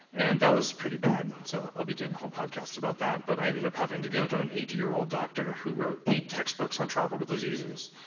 and that was pretty bad. i'd so ah be doing a whole podcast about that, but i ended up having to go to an eighty year old doctor who wrote eight textbooks on tropical diseases,